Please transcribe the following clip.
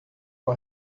com